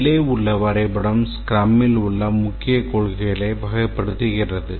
மேலே உள்ள வரைபடம் ஸ்க்ரமில் உள்ள முக்கிய கொள்கைகளை வகைப்படுத்துகிறது